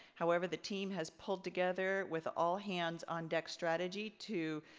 however, the team has pulled together with all hands on deck strategy to